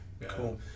Cool